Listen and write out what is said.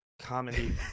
comedy